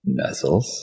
Nuzzles